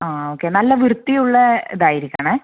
ആ ഓക്കെ നല്ല വൃത്തിയുള്ള ഇതായിരിക്കണെ